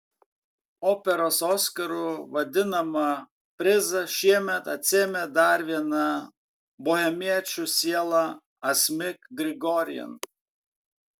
operos oskaru vadinamą prizą šiemet atsiėmė dar viena bohemiečių siela asmik grigorian